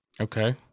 okay